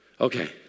Okay